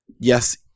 Yes